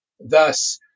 Thus